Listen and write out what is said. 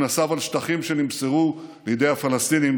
הוא נסב על שטחים שנמסרו לידי הפלסטינים